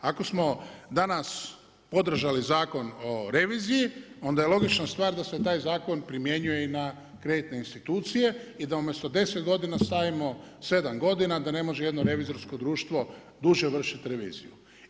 Ako smo danas podržali Zakon o reviziji onda je logična stvar da se taj zakon primjenjuje i na kreditne institucije i da umjesto deset godina stavimo sedam godina da ne može jedno revizorsko društvo duže vršiti reviziju.